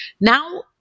Now